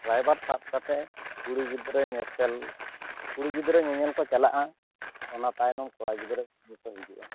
ᱨᱟᱭᱵᱟᱨ ᱥᱟᱵ ᱠᱟᱛᱮ ᱠᱩᱲᱤ ᱜᱤᱫᱽᱨᱟᱹ ᱧᱮᱯᱮᱞ ᱠᱩᱲᱤ ᱜᱤᱫᱽᱨᱟᱹ ᱧᱮ ᱧᱮᱞ ᱠᱚ ᱪᱟᱞᱟᱜᱼᱟ ᱚᱱᱟ ᱛᱟᱭᱱᱚᱢ ᱠᱟᱲᱟ ᱜᱤᱫᱽᱨᱟᱹ ᱧᱮ ᱧᱮᱞ ᱠᱚ ᱦᱤᱡᱩᱜᱼᱟ